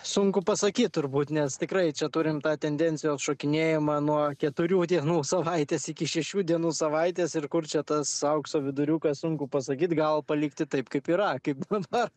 sunku pasakyt turbūt nes tikrai čia turim tą tendencijos šokinėjimą nuo keturių dienų savaitės iki šešių dienų savaitės ir kur čia tas aukso viduriukas sunku pasakyt gal palikti taip kaip yra kaip dabar